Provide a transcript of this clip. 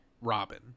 Robin